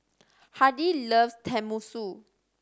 Hardy loves Tenmusu